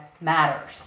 matters